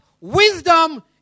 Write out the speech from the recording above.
wisdom